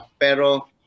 Pero